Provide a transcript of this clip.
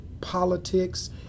politics